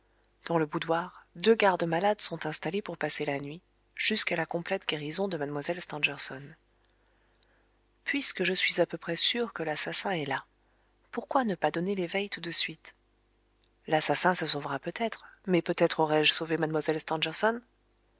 dans le boudoir deux gardes-malades sont installées pour passer la nuit jusqu'à la complète guérison de mlle stangerson puisque je suis à peu près sûr que l'assassin est là pourquoi ne pas donner l'éveil tout de suite l'assassin se sauvera peut-être mais peut-être aurai-je sauvé